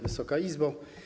Wysoka Izbo!